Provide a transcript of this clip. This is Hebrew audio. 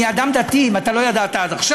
אני אדם דתי, אם אתה לא ידעת עד עכשיו.